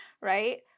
Right